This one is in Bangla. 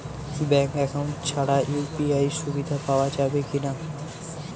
ব্যাঙ্ক অ্যাকাউন্ট ছাড়া ইউ.পি.আই সুবিধা পাওয়া যাবে কি না?